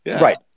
Right